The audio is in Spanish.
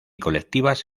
colectivas